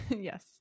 yes